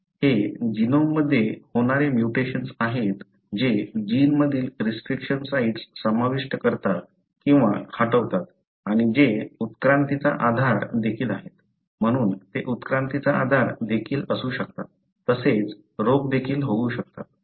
हे जीनोममध्ये होणारे म्युटेशन्स आहेत जे जीन मधील रिस्ट्रिक्शन साइट्स समाविष्ट करतात किंवा हटवतात आणि जे उत्क्रांतीचा आधार देखील आहेत म्हणून ते उत्क्रांतीचा आधार देखील असू शकतात तसेच रोग देखील होऊ शकतात